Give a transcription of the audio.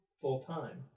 full-time